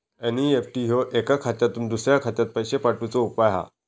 NEFT ह्यो एका खात्यातुन दुसऱ्या खात्यात पैशे पाठवुचो उपाय हा